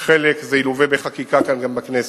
חלק ילווה בחקיקה, כאן בכנסת,